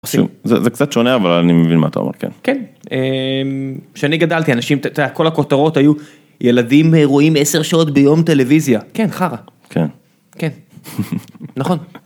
זה קצת שונה אבל אני מבין מה אתה אומר כן כן שאני גדלתי אנשים את הכל הכותרות היו ילדים רואים 10 שעות ביום טלוויזיה כן חרא כן כן נכון.